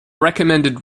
recommended